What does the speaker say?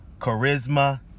charisma